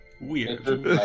Weird